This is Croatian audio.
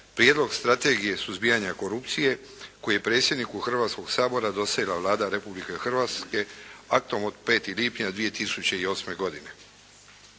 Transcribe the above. Prijedlog strategije suzbijanja korupcije koji je predsjedniku Hrvatskog sabora dostavila Vlada Republike Hrvatske aktom od 5. lipnja 2008. godine.